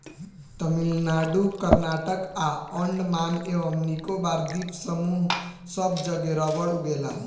तमिलनाडु कर्नाटक आ अंडमान एवं निकोबार द्वीप समूह सब जगे रबड़ उगेला